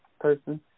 person